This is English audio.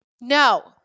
no